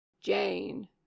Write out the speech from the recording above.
Jane